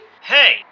Hey